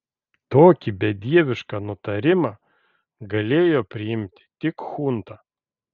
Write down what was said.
tokį bedievišką nutarimą galėjo priimti tik chunta